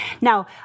Now